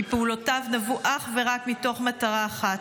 כי פעולותיו נבעו אך ורק מתוך מטרה אחת,